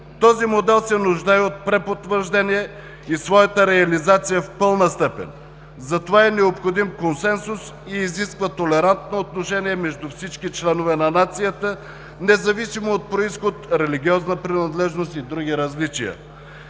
Този модел се нуждае от препотвърждение и своята реализация в пълна степен, затова е необходим консенсус и изисква толерантно отношение между всички членове на нацията, независимо от произход, религиозна принадлежност и други различия,